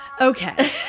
Okay